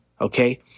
okay